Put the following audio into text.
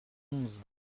onze